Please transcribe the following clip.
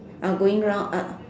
ah going round ah